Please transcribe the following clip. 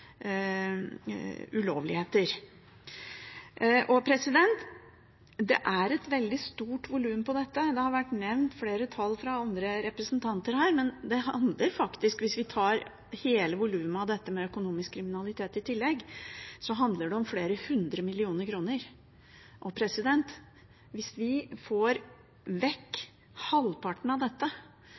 ulovligheter. Det er et veldig stort volum på dette. Det har vært nevnt flere tall fra andre representanter her, men hvis vi tar hele volumet av dette med økonomisk kriminalitet i tillegg, handler det om flere hundre millioner kroner. Hvis vi får vekk halvparten av dette,